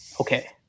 Okay